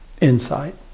insight